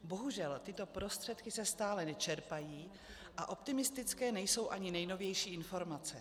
Bohužel, tyto prostředky se stále nečerpají a optimistické nejsou ani nejnovější informace.